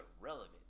irrelevant